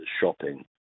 shopping